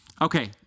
Okay